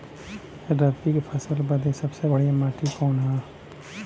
रबी क फसल बदे सबसे बढ़िया माटी का ह?